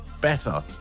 better